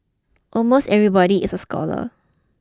almost everybody is a scholar